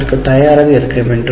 அதற்குத் தயாராக இருக்க வேண்டும்